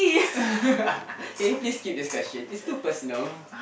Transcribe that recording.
can you please skip this question is too personal